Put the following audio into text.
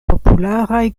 popularaj